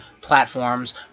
platforms